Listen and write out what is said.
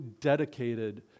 dedicated